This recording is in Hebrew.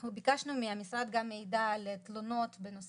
אנחנו ביקשנו מהמשרד גם מידע על תלונות בנושא